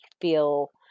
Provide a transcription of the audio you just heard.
feel